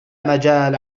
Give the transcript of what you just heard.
مجال